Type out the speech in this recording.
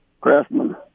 Craftsman